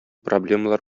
проблемалар